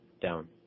down